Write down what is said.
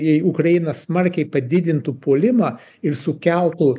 jei ukraina smarkiai padidintų puolimą ir sukeltų